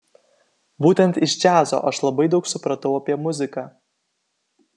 būtent iš džiazo aš labai daug supratau apie muziką